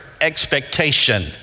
expectation